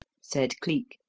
said cleek,